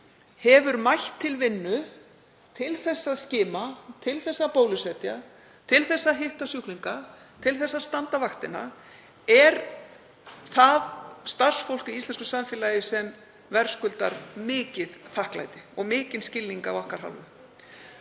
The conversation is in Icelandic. hefur mætt til vinnu til að skima, til að bólusetja, til að hitta sjúklinga, til að standa vaktina, er það starfsfólk í íslensku samfélagi sem verðskuldar mikið þakklæti og mikinn skilning af okkar hálfu.